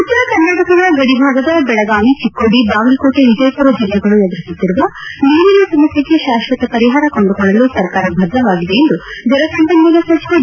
ಉತ್ತರ ಕರ್ನಾಟಕದ ಗಡಿ ಭಾಗದ ಬೆಳಗಾವಿ ಚಿಕ್ಕೋಡಿ ಬಾಗಲಕೋಟೆ ವಿಜಯಪುರ ಜಿಲ್ಲೆಗಳು ಎದುರಿಸುತ್ತಿರುವ ನೀರಿನ ಸಮಸ್ಥೆಗೆ ಶಾಶ್ವತ ಪರಿಹಾರ ಕಂಡುಕೊಳ್ಳಲು ಸರ್ಕಾರ ಬದ್ದವಾಗಿದೆ ಎಂದು ಜಲಸಂಪನ್ನೂಲ ಸಚಿವ ಡಿ